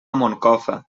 moncofa